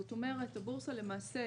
זאת אומרת, הבורסה למעשה